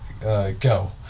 go